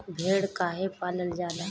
भेड़ काहे पालल जाला?